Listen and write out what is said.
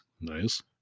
Nice